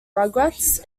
rugrats